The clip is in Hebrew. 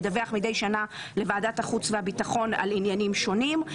ידווח מדי שנה לוועדת החוץ והביטחון על עניינים שונים.